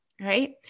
right